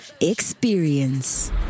Experience